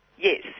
Yes